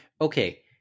Okay